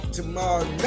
tomorrow